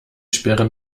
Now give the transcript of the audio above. sperren